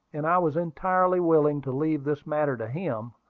and i was entirely willing to leave this matter to him,